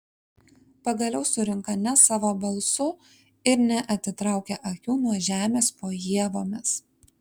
pagaliau surinka ne savo balsu ir neatitraukia akių nuo žemės po ievomis